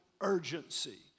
urgency